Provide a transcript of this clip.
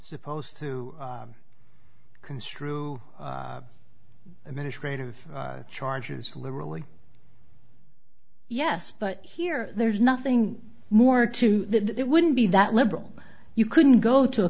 supposed to construe administrative charges for literally yes but here there's nothing more to that it wouldn't be that liberal you couldn't go to a